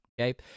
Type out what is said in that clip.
Okay